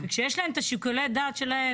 וכשיש להם את שיקולי הדעת שלהם,